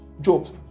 jobs